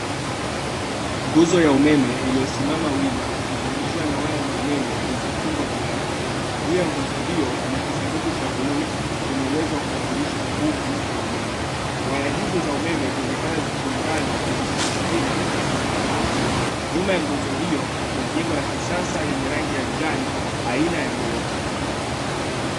Nguzo ya umeme iliyosimama wima ikizungiushiwa na waya za umeme zilizofungwa juu yake. Juu ya nguzo hiyo kuna kisanduku cha bluu chenye uwezo wa kubadilisha nguvu ya umeme. Waya hizo za umeme zinaonekana zikiungana na nguzo nyingine na zimefungwa vizuri. Nyuma ya nguoz hiyo kuna jengo la kisasa yenye rangi ya njano aina ya ghorofa.